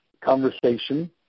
conversation